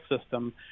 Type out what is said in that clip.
system